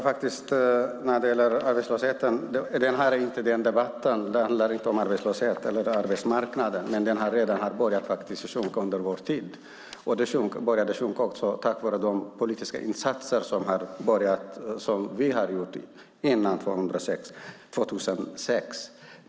Fru talman! Den här debatten handlar inte om arbetslösheten, men den började sjunka redan under vår tid tack vare de politiska insatser som vi gjorde före 2006.